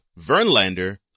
Verlander